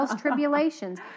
tribulations